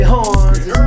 Horns